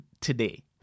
today